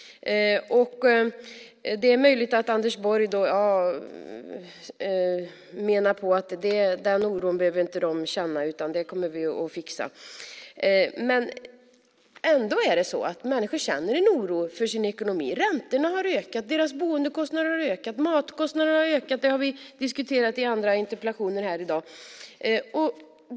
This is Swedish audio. Det är möjligt att Anders Borg menar på att de inte behöver känna den oron, utan att vi kommer att fixa det här. Men människor känner ändå en oro för sin ekonomi. Räntorna har ökat. Deras boendekostnader har ökat. Matkostnaderna har ökat. Det har vi diskuterat i andra interpellationer här i dag.